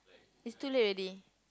it's too late already